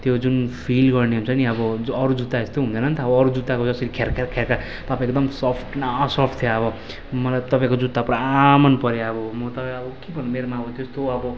त्यो जुन फिल गर्ने हुन्छ नि अब अरू जुत्ता यस्तो हुँदैन नि त आबो अरू जुत्तामा जसरी ख्यार ख्यार ख्यार यो त एकदम सफ्ट न सफ्ट थियो अब मलाई त तपाईँको जुत्ता पुरा मन पऱ्यो अब म त अब के भन्नु मेरोमा त्यस्तो अब